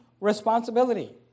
responsibility